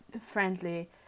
friendly